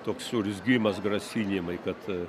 koks urzgimas grasinimai kad